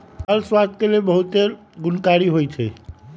फल स्वास्थ्य के लेल बहुते गुणकारी होइ छइ